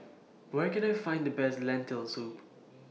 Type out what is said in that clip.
Where Can I Find The Best Lentil Soup